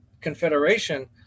confederation